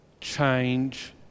change